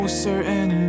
certain